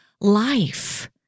life